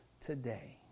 today